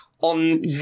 on